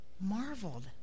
marveled